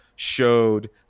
showed